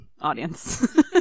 audience